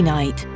Night